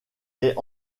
est